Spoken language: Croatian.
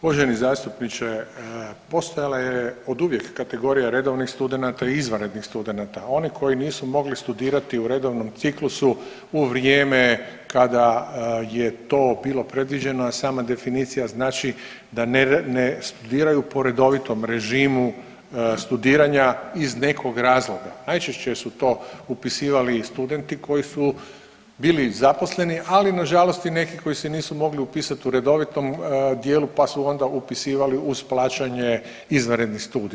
Uvaženi zastupniče, postojala je oduvijek kategorija redovnih studenata i izvanrednih studenata, oni koji nisu mogli studirati u redovnom ciklusu u vrijeme kada je to bilo predviđeno, a sama definicija znači da ne studiraju po redovitom režimu studiranja iz nekog razloga, najčešće su to upisivali studenti koji su bili zaposleni, ali nažalost i neki koji se nisu mogli upisat u redovitom dijelu pa su onda upisivali uz plaćanje izvanredni studij.